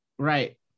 Right